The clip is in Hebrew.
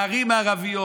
בערים הערביות.